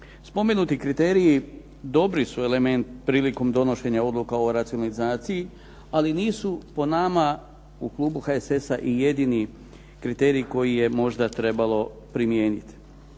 Spomenuti kriteriji dobri su elementi prilikom donošenja odluka o racionalizaciji, ali nisu po nama u klubu HSS-a i jedini kriterij koji je možda trebalo primijeniti.